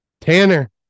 Tanner